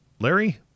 Larry